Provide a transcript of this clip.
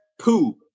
Poop